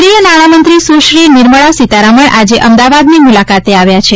કેન્દ્રીય નાણામંત્રી સુશ્રી નિર્મળા સીતારમણ આજે અમદાવાદની મુલાકાતે આવ્યા છે